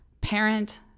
parent